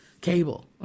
cable